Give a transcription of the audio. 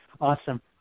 Awesome